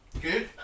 Good